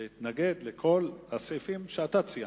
להתנגד לכל הסעיפים שאתה ציינת.